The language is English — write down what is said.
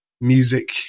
music